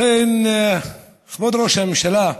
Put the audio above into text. לכן, כבוד ראש הממשלה,